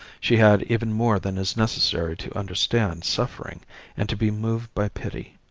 she had even more than is necessary to understand suffering and to be moved by pity.